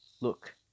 Look